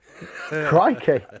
Crikey